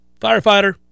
firefighter